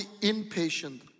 impatient